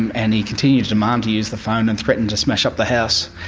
and and he continued to demand to use the phone and threatened to smash up the house.